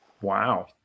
Wow